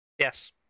Yes